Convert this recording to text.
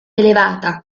elevata